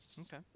okay